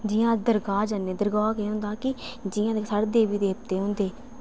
जियां दरगाह् जन्नें दरगाह् केह् होंदा कि जियां दिक्ख साढ़ै देवी देवते होंदे